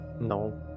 No